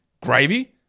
gravy